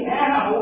now